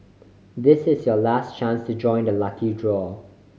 this is your last chance to join the lucky draw